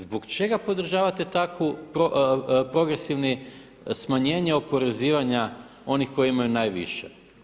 Zbog čega podržavate takvu, progresivni, smanjenje oporezivanja onih koji imaju najviše?